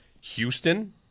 Houston